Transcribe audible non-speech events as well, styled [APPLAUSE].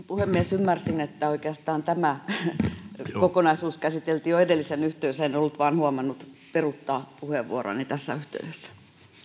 [UNINTELLIGIBLE] puhemies ymmärsin että oikeastaan tämä kokonaisuus käsiteltiin jo edellisen yhteydessä en ollut vain huomannut peruuttaa puheenvuoroani tässä yhteydessä